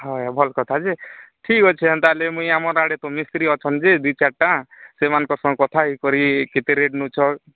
ହଏ ଭଲ କଥା ଯେ ଠିକ୍ ଅଛି ଏନ୍ତା ହେଲେ ମୁଇ ଆମର ଆଡ଼େ ତ ମିସ୍ତ୍ରୀ ଅଛନ୍ତି ଦି ଚାରିଟା ସେମାନଙ୍କ ସହ କଥା ଇଏ କରି କେତେ ରେଟ୍ ନଉଛ